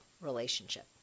relationship